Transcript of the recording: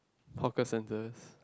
hawker centres